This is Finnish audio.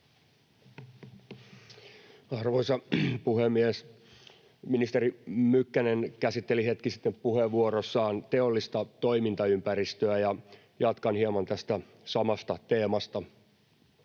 Arvoisa puhemies! Ministeri Mykkänen käsitteli hetki sitten puheenvuorossaan teollista toimintaympäristöä, ja jatkan hieman tästä samasta teemasta.